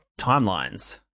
timelines